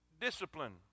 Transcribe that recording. discipline